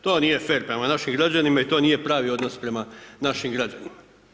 To nije fer prema našim građanima i to nije pravi odnos prema našim građanima.